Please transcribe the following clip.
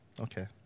okay